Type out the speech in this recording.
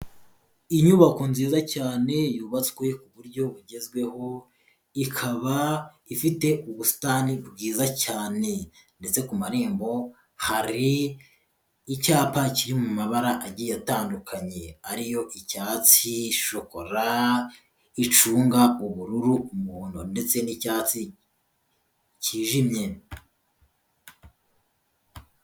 Inyubako nziza cyane yubatswe ku buryo bugezweho, ikaba ifite ubusitani bwiza cyane ndetse ku marembo hari icyapa kiri mu mabara agiye atandukanye ari yo icyatsi, shokora, icunga, ubururu, umuhondo ndetse n'icyatsi kijimye.